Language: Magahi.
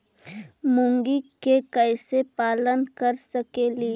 मुर्गि के कैसे पालन कर सकेली?